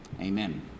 amen